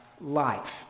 life